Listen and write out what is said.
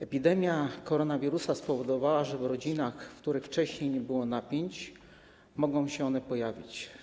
Epidemia koronawirusa spowodowała, że w rodzinach, w których wcześniej nie było napięć, mogą one się pojawić.